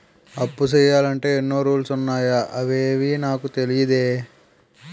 అప్పు చెయ్యాలంటే ఎన్నో రూల్స్ ఉన్నాయా అవేవీ నాకు తెలీదే